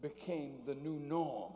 became the new no